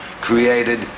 created